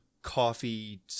Coffee